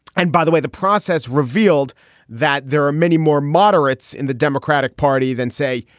and by the way, the process revealed that there are many more moderates in the democratic party than, say,